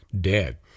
dead